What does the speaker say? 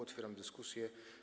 Otwieram dyskusję.